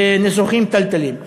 בניסוחים פתלתלים.